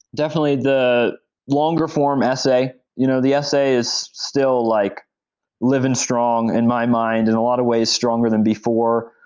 definitely the longer form essay. you know the essay is still like living strong in my mind, and a lot of ways stronger than before.